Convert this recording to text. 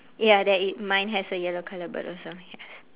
ya there is mine has a yellow colour bird also yes